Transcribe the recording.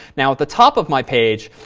now at the top of my page,